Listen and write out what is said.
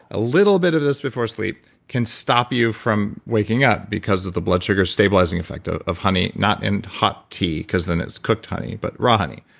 a little bit of this before sleep can stop you from waking up because of the blood sugar stabilizing effect of of honey, not in hot tea because then it's cooked honey but raw honey.